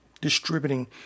distributing